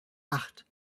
acht